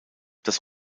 das